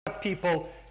people